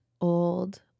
old